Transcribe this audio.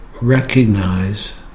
recognize